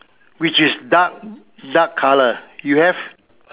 which dark dark colour you have